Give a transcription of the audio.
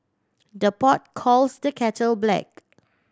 the pot calls the kettle black